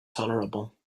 tolerable